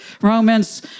Romans